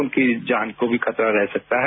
उनकी जान को भी खतरा रह सकता है